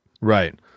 Right